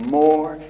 more